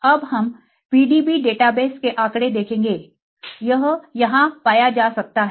अब हम PDB database के आंकड़े देखेंगे यह यहां पाया जा सकता है